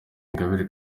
ingabire